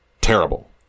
terrible